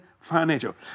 financial